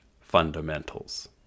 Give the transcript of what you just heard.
fundamentals